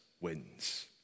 wins